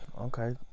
Okay